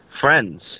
friends